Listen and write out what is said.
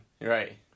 Right